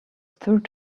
through